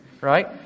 right